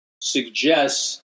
suggests